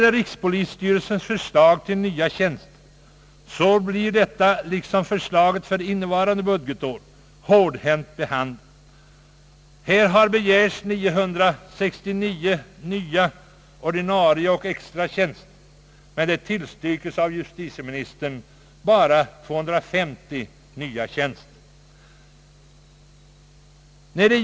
Rikspolisstyrelsens förslag till nya tjänster blir — liksom dess förslag i detta avseende för innevarande budgetår — hårdhänt behandlat. Det har begärts 969 nya ordinarie och extra tjänster, men justitieministern tillstyrker bara 250 nya tjänster.